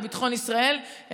בביטחון ישראל,